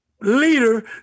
leader